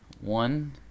One